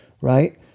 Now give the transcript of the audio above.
right